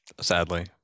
sadly